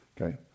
okay